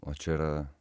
o čia yra